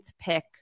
pick